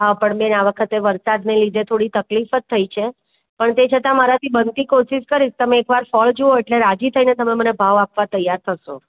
હા પણ બેન આ વખતે વરસાદને લીધે થોડી તકલીફ જ થઈ છે પણ તે છતાં મારાથી બનતી કોશિશ કરીશ તમે એકવાર ફળ જુઓ એટલે રાજી થઈને તમે મને ભાવ આપવા તૈયાર થશો